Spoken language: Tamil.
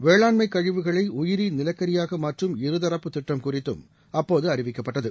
வேளாண்மை கழிவுகளை உயிரி நிலக்கரியாக மாற்றும் இருதரப்பு திட்டம் குறித்தும் அப்போது அறிவிக்கப்பட்டது